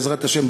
בעזרת השם,